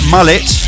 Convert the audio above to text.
Mullet